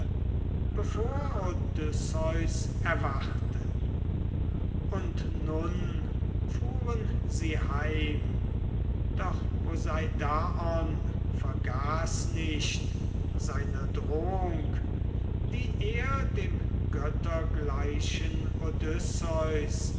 erwachte und nun fuhren sie heim doch poseidaon vergaß nicht seiner drohung die er dem göttergleichen